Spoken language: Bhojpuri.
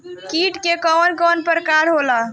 कीट के कवन कवन प्रकार होला?